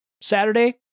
Saturday